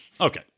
Okay